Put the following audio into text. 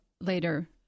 later